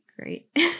Great